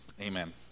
amen